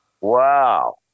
Wow